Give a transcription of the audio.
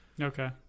okay